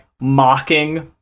mocking